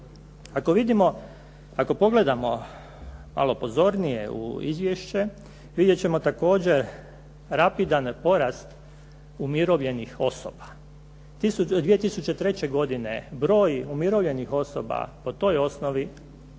ako pogledamo malo pozornije u izvješće vidjet ćemo također rapidan porast umirovljenih osoba. 2003. godine broj umirovljenih osoba po toj osnovi